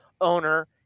owner